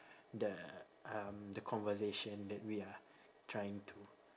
the um the conversation that we are trying to